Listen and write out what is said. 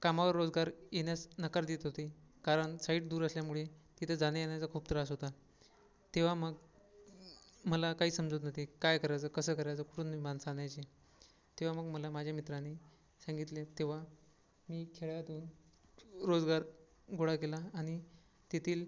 कामावर रोजगार येण्यास नकार देत होते कारण साईट दूर असल्यामुळे तिथे जाण्यायेण्याचा खूप त्रास होता तेव्हा मग मला काही समजत नव्हते काय करायचं कसं करायचं कुठून माणसं आणायची तेव्हा मग मला माझ्या मित्राने सांगितले तेव्हा मी खेड्यातून रोजगार गोळा केला आणि तेथील